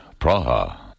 Praha